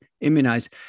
immunize